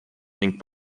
ning